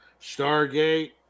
Stargate